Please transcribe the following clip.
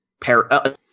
pair